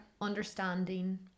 understanding